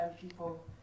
people